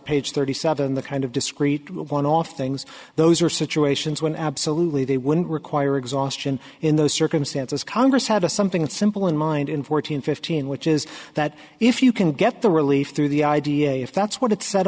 page thirty seven the kind of discreet one off things those are situations when absolutely they wouldn't require exhaustion in those circumstances congress had a something simple in mind in fourteen fifteen which is that if you can get the relief through the idea if that's what it's set